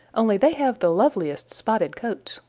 only they have the loveliest spotted coats.